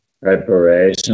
preparation